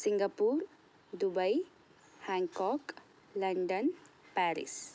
Singapore Dubai Hong Kong London Paris